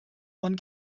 one